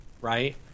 Right